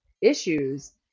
issues